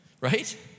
Right